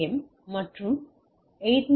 S 802